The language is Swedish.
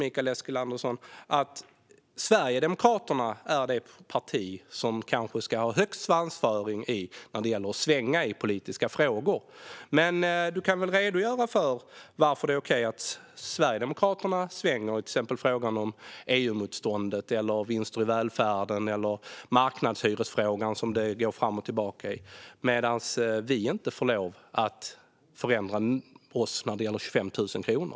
Jag tycker inte att Sverigedemokraterna är det parti som ska ha högst svansföring vad gäller att inte svänga i politiska frågor. Redogör gärna för varför det är okej att Sverigedemokraterna svänger när det gäller exempelvis EU-motståndet, vinster i välfärden eller marknadshyror medan vi inte får lov att ändra oss om 25 000 kronor.